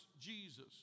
Jesus